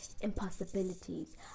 impossibilities